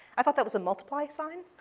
i thought that was a multiply sign.